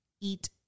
eat